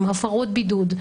עם הפרות בידוד,